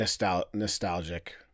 nostalgic